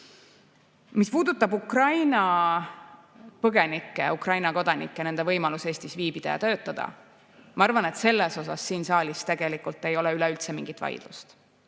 Mis puudutab Ukraina põgenikke, Ukraina kodanikke ja nende võimalust Eestis viibida ja töötada, ma arvan, et selle üle siin saalis ei ole üleüldse mingit vaidlust.